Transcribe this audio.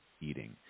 eating